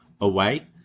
away